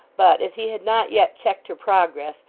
but as he had not yet checked her progress,